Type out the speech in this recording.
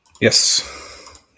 yes